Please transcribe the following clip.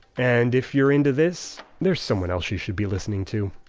and if you're into this, there's someone else you should be listening to.